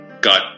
got